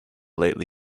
lately